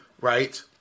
right